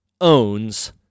owns